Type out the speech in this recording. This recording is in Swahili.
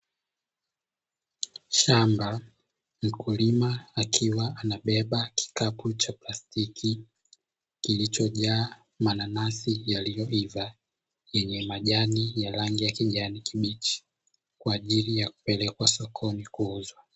Shamba, mkulima akiwa anabeba kikapu cha plastiki, kilichojaa mananasi yaliyoiva yenye majani ya rangi ya kijani kibichi, kwa ajili ya kupelekwa sokoni kuuzwa.